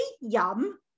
yum